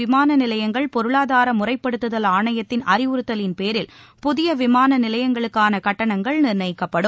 விமான நிலையங்கள் பொருளாதார முறைப்படுத்துதல் ஆணையத்தின் அறிவுறுத்தலின்பேரில் புதிய விமான நிலையங்களுக்கான கட்டணங்கள் நிர்ணயிக்கப்படும்